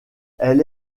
elle